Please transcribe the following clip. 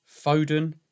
Foden